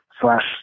slash